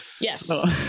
yes